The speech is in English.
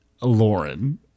lauren